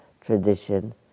tradition